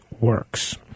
works